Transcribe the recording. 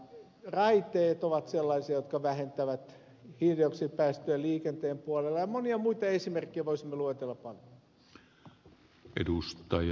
raiteet ovat sellaisia jotka vähentävät hiilidioksidipäästöjä liikenteen puolella ja monia muita esimerkkejä voisimme luetella paljon